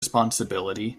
responsibility